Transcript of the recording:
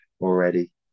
already